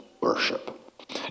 worship